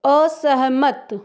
असहमत